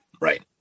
Right